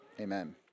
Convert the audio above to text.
Amen